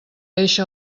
eixa